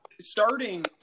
starting